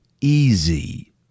easy